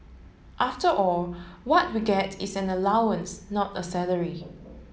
after all what we get is an allowance not a salary